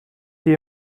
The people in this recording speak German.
die